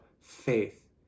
faith